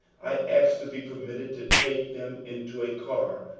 i asked to be permitted to take them into a car,